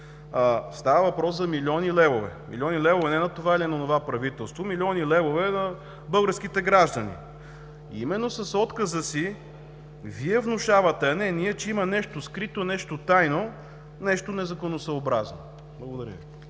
става въпрос за милиони левове – не на това или онова правителство, а милиони левове на българските граждани! Именно с отказа си Вие внушавате, а не ние, че има нещо скрито, тайно, незаконосъобразно. Благодаря